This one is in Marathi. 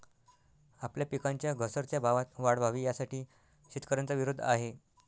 आपल्या पिकांच्या घसरत्या भावात वाढ व्हावी, यासाठी शेतकऱ्यांचा विरोध आहे